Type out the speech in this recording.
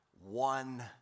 one